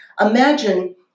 imagine